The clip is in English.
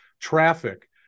Traffic